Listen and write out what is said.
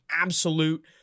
absolute